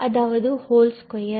அதாவது whole square